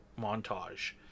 montage